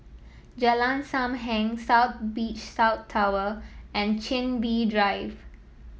Jalan Sam Heng South Beach South Tower and Chin Bee Drive